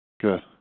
Good